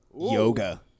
Yoga